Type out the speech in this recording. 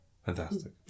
fantastic